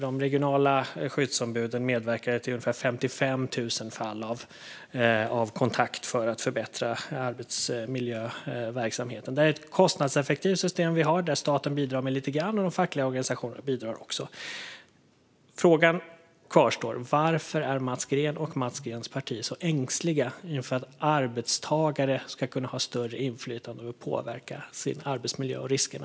De regionala skyddsombuden medverkade till ungefär 55 000 fall av kontakt för att förbättra arbetsmiljöverksamheten. Det är ett kostnadseffektivt system där staten bidrar med lite grann och där de fackliga organisationerna också bidrar. Frågan kvarstår: Varför är Mats Green och hans parti så ängsliga inför att arbetstagare ska ha större inflytande och påverka riskerna i arbetsmiljön?